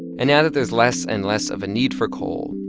and now that there's less and less of a need for coal,